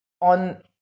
on